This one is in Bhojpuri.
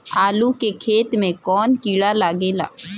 आलू के खेत मे कौन किड़ा लागे ला?